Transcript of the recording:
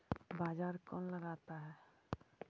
बाजार कौन लगाता है?